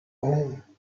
home